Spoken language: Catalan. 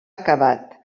acabat